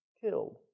killed